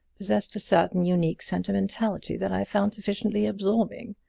possessed a certain unique sentimentality that i found sufficiently absorbing.